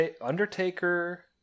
Undertaker